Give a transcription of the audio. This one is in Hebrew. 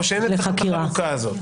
או שאין את החלוקה הזו?